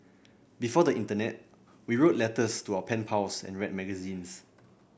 before the internet we wrote letters to our pen pals and read magazines